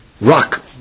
rock